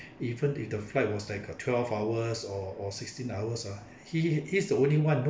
even if the flight was like a twelve hours or or sixteen hours ah he he he's the only [one]